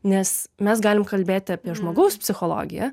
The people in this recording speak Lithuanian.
nes mes galim kalbėti apie žmogaus psichologiją